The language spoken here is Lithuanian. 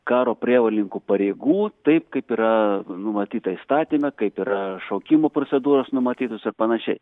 karo prievolininkų pareigų taip kaip yra numatyta įstatyme kaip yra šaukimo procedūros numatytos ir panašiai